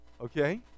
Okay